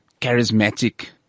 charismatic